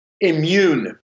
immune